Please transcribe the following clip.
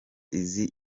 izi